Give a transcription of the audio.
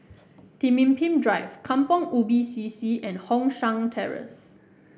Pemimpin Drive Kampong Ubi C C and Hong San Terrace